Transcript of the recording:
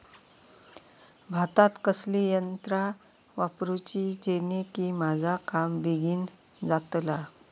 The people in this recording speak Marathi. भातात कसली यांत्रा वापरुची जेनेकी माझा काम बेगीन जातला?